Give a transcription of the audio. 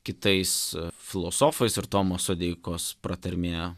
kitais filosofais ir tomo sodeikos pratarmėje